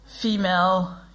female